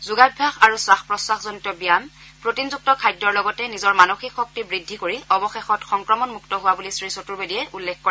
যোগাভ্যাস আৰু খাস প্ৰশ্বাসজনিত ব্যায়াম প্ৰটিনযুক্ত খাদ্যৰ লগতে নিজৰ মানসিক শক্তি বৃদ্ধি কৰি অৱশেষত সংক্ৰমণ মুক্ত হোৱা বুলি শ্ৰীচতুৰ্বেদীয়ে উল্লেখ কৰে